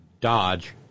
dodge